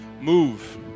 Move